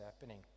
happening